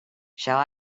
shall